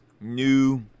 new